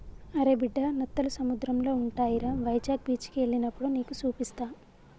అరే బిడ్డా నత్తలు సముద్రంలో ఉంటాయిరా వైజాగ్ బీచికి ఎల్లినప్పుడు నీకు సూపిస్తా